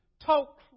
talk